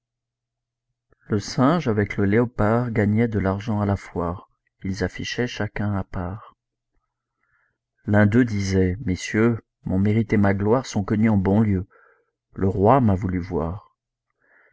le singe avec le léopard gagnaient de l'argent à la foire ils affichaient chacun à part l'un d'eux disait messieurs mon mérite et ma gloire sont connus en bon lieu le roi m'a voulu voir